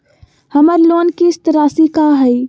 हमर लोन किस्त राशि का हई?